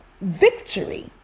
victory